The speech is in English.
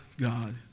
God